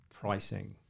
pricing